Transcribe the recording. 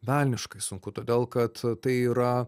velniškai sunku todėl kad tai yra